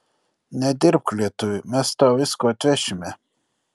nedirbk lietuvi mes tau visko atvešime